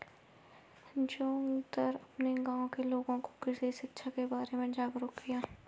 जोगिंदर अपने गांव के लोगों को कृषि शिक्षा के बारे में जागरुक किया